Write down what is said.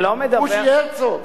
בוז'י הרצוג.